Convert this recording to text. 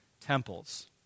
temples